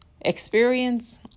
Experience